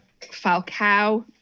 Falcao